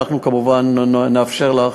אנחנו כמובן נאפשר לך,